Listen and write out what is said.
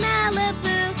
Malibu